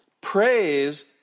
Praise